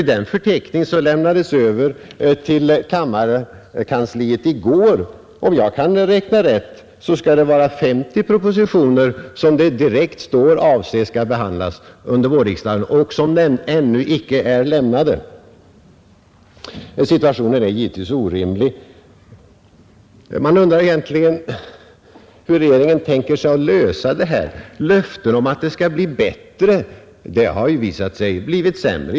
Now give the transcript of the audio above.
I den förteckning som överlämnades till kammarkansliet i går står det, om jag räknat rätt, att 50 propositioner till skall behandlas under vårriksdagen, och de har ännu inte avlämnats. Situationen är som sagt orimlig. Man undrar hur regeringen egentligen tänker sig att lösa detta problem. Löftena om att det skall bli bättre har inte hållits. Det har tvärtom blivit sämre.